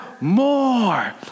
more